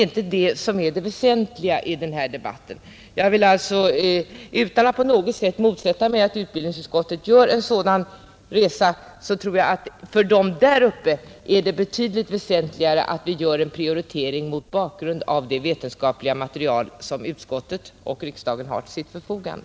är inte det som är det väsentliga i den här debatten. Jag vill alltså, utan att på något sätt motsätta mig att utbildningsutskottet gör en sådan resa, säga att för dem där uppe torde det vara betydligt väsentligare att vi gör en prioritering mot bakgrund av det vetenskapliga material, som utskottet och riksdagen har till sitt förfogande.